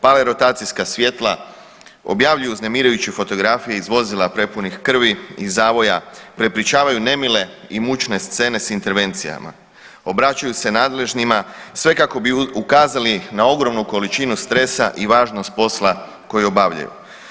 Pale rotacijska svjetla, objavljuju uznemirujuće fotografije iz vozila prepunih krvi i zavoja, prepričavaju nemile i mučne scene s intervencijama, obraćaju se nadležnima sve kako bi ukazali na ogromnu količinu stresa i važnost posla koji obavljaju.